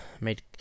made